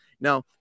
Now